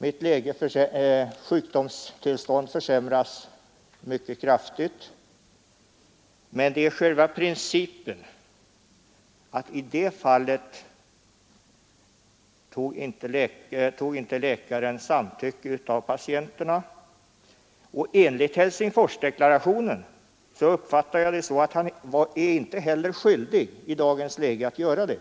Mitt sjukdomstillstånd försämrades mycket kraftigt. Vad jag mest vänder mig mot är emellertid själva principen. I detta fall inhämtade inte läkaren patienternas samtycke, och enligt Helsingforsdeklarationen skulle han, som jag uppfattar det, inte heller varit skyldig att göra det.